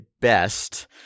best